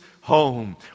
home